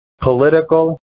political